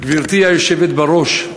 גברתי היושבת בראש,